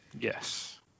Yes